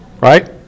right